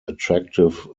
attractive